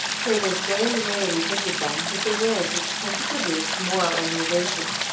traders very rarely visit them with the wares which tend to produce moral enervation,